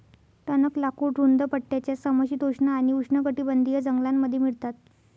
टणक लाकूड रुंद पट्ट्याच्या समशीतोष्ण आणि उष्णकटिबंधीय जंगलांमध्ये मिळतात